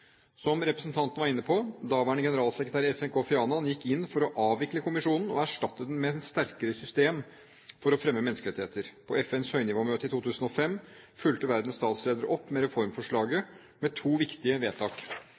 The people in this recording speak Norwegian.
Som representanten Hansen var inne på, gikk daværende generalsekretær i FN Kofi Annan inn for å avvikle kommisjonen og erstatte den med et sterkere system for fremme av menneskerettigheter. På FNs høynivåmøte i 2005 fulgte verdens statsledere opp reformforslaget med to viktige vedtak.